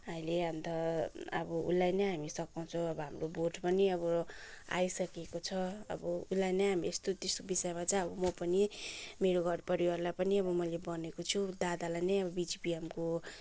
अहिले अन्त अब उसलाई नै हामी सघाउँछ अब हाम्रो भोट पनि अब आइसकेको छ अब उसलाई नै हामी यस्तो त्यस्तो विषयमा चाहिँ अब म पनि मेरो घर परिवारलाई पनि अब मैले भनेको छु दादालाई नै अब बिजिपिएमको